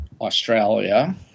Australia